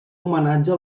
homenatge